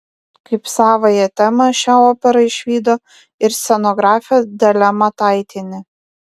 kaip savąją temą šią operą išvydo ir scenografė dalia mataitienė